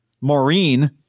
Maureen